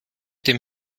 dem